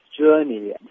journey